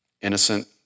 Innocent